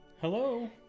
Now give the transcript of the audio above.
hello